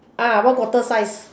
uh one quarter size